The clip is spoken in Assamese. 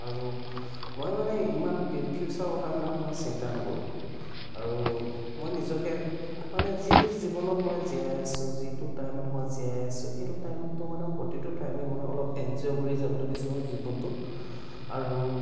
আৰু মই মানে ইমান ফিউচাৰৰ কথা ইমান মই চিন্তা নকৰোঁ আৰু মই নিজকে মানে যিটো জীৱনত মই জীয়াই আছোঁ যিটো টাইমত মই জীয়াই আছোঁ সেইটো টাইমটো মানে প্ৰতিটো টাইমেই মই অলপ এনজয় কৰি যাবলৈ বিচাৰোঁ জীৱনটোত আৰু